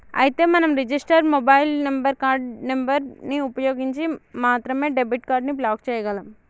అయితే మనం register mobile number card number ని ఉపయోగించి మాత్రమే డెబిట్ కార్డు ని బ్లాక్ చేయగలం